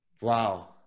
Wow